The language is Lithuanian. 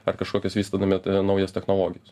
ar kažkokias vystydami a naujas technologijas